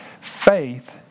Faith